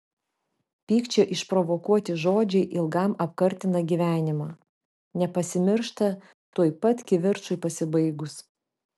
pykčio išprovokuoti žodžiai ilgam apkartina gyvenimą nepasimiršta tuoj pat kivirčui pasibaigus